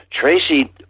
Tracy